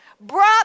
brought